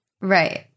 Right